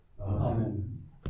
Amen